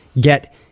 get